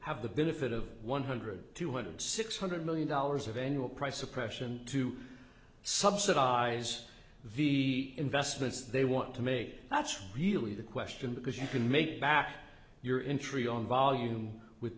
have the benefit of one hundred two hundred six hundred million dollars of annual price suppression to subsidise the investments they want to make that's really the question because you can make back your in tree on volume with